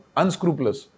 unscrupulous